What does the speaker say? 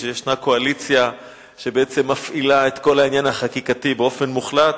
שישנה קואליציה שבעצם מפעילה את כל העניין החקיקתי באופן מוחלט,